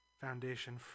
foundation